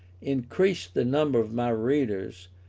increased the number of my readers,